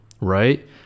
right